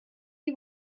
die